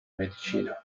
medicina